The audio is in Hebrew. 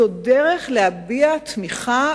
זאת דרך להביע תמיכה,